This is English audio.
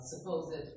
supposed